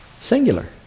singular